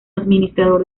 administrador